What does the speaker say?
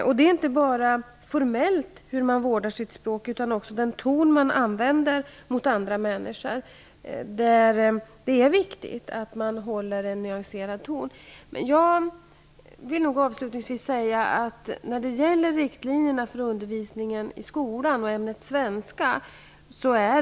Det gäller inte bara hur man formellt vårdar sitt språk utan också vilken ton som man använder mot andra människor. Det är viktigt att man har en nyanserad ton. Jag vill avslutningsvis säga att regeringen är mycket tydlig när det gäller riktlinjerna för skolundervisningen i ämnet svenska.